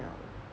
liao